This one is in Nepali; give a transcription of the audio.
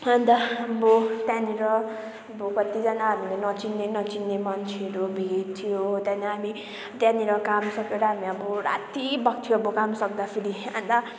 अन्त अब त्यहाँनिर अब कतिजना हामीले नचिन्ने नचिन्ने मान्छेहरू भिड थियो त्यहाँदेखि हामी त्यहाँनिर काम सकेर हामी अब राति भएको थियो काम सक्दाखेरि अन्त